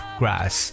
grass